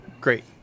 Great